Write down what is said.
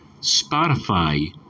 Spotify